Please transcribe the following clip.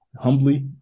Humbly